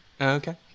okay